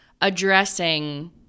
addressing